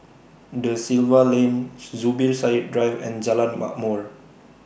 DA Silva Lane Zubir Said Drive and Jalan Ma'mor